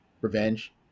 Revenge